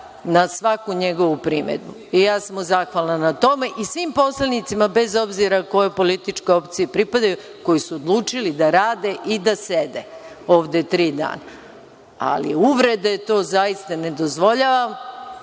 na svaku njegovu primedbu. Ja sam mu zahvalna na tome i svim poslanicima, bez obzira kojoj političkoj opciji pripadaju, koji su odlučili da rade i da sede ovde tri dana. Ali uvrede, to zaista ne dozvoljavam